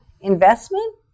investment